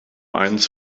eins